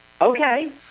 Okay